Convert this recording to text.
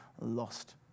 lost